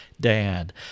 Dad